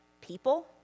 people